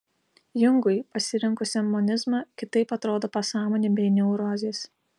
jungui pasirinkusiam monizmą kitaip atrodo pasąmonė bei neurozės